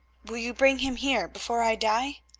will you bring him here before i die?